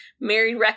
married